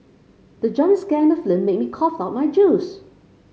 the jump scare in the film made me cough out my juice